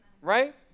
right